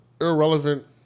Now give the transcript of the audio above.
irrelevant